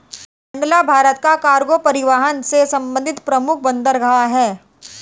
कांडला भारत का कार्गो परिवहन से संबंधित प्रमुख बंदरगाह है